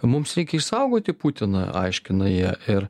mums reikia išsaugoti putiną aiškina jie ir